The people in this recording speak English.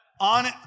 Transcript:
on